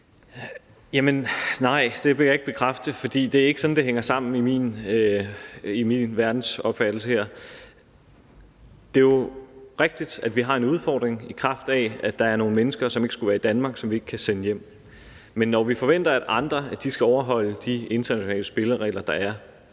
(S): Nej, det vil jeg ikke bekræfte, fordi det ikke er sådan, det hænger sammen i min verdensopfattelse. Det er jo rigtigt, at vi har en udfordring, i kraft af at der er nogle mennesker, som ikke skulle være i Danmark, og som vi ikke kan sende hjem, men når vi forventer af andre, at de skal overholde de internationale spilleregler, der er,